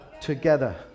together